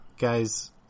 Guys